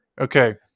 Okay